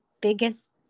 biggest